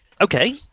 Okay